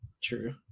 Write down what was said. True